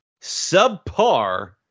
subpar